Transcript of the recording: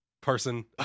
person